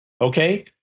Okay